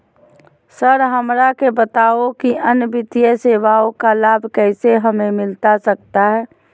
Sir हमरा के बताओ कि अन्य वित्तीय सेवाओं का लाभ कैसे हमें मिलता सकता है?